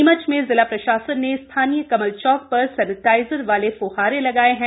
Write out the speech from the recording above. नीमच में जिला प्रशासन ने स्थानीय कमल चौक पर सैनिटाइजर वाले फुवारे लगाए हैं